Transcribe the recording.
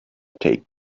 take